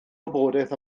wybodaeth